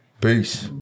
Peace